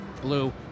Blue